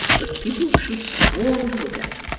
that people should scorn to look at